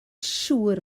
siŵr